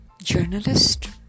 journalist